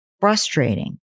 frustrating